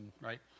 right